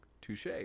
Touche